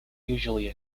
usually